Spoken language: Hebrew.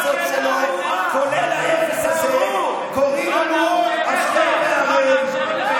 זה לא לפי התקנון שאתה יכול לקרוא לשר "חלאה",